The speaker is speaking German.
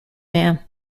mehr